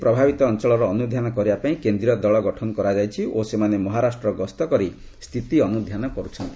ମନ୍ତ୍ରଣାଳୟ କହିଛି ପ୍ରଭାବିତ ଅଞ୍ଚଳର ଅନୁଧ୍ୟାନ କରିବା ପାଇଁ କେନ୍ଦ୍ରୀୟ ଦଳ ଗଠନ କରାଯାଇଛି ଓ ସେମାନେ ମହାରାଷ୍ଟ୍ର ଗସ୍ତ କରି ସ୍ଥିତି ଅନୁଧ୍ୟାନ କର୍ଚ୍ଚନ୍ତି